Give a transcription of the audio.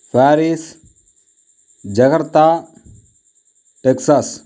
Paris Jakarta Texas